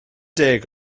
deg